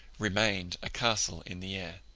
remained a castle in the air.